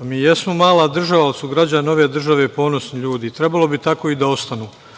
Mi jesmo mala država, ali su građani ove države ponosni ljudi i trebalo bi tako i da ostane. Moram